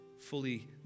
fully